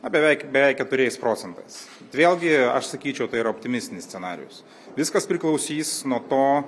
na beveik beveik keturiais procentais vėlgi aš sakyčiau tai yra optimistinis scenarijus viskas priklausys nuo to